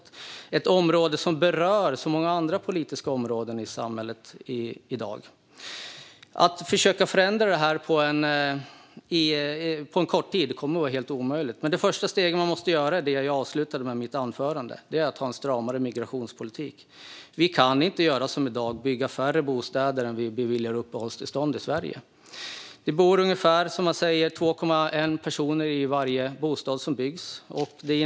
Det är ett område som berör så många andra politiska områden i samhället i dag. Att förändra detta på kort tid kommer att vara helt omöjligt, men det första steg man måste ta är det jag avslutade mitt anförande med att nämna: Man måste ha en stramare migrationspolitik. Vi kan inte göra som i dag och bygga färre bostäder än det antal uppehållstillstånd vi beviljar i Sverige. Det bor ungefär 2,1 personer i varje bostad som byggs.